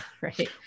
right